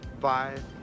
five